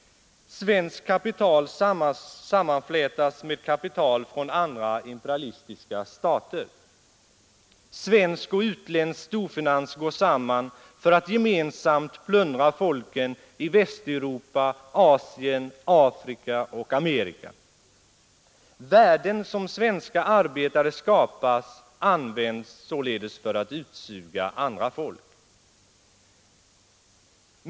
Svenskt kapital sammanflätas med kapital från andra imperialistiska stater. Svensk och utländsk storfinans går samman för att gemensamt plundra folken i Östeuropa, Asien, Afrika och Amerika. Värden som svenska arbetare skapar används således för att utsuga andra folk.